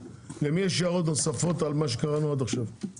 למי יש הערות נוספות על מה שקראנו עד עכשיו?